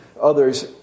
others